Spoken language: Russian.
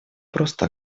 просто